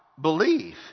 believe